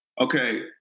okay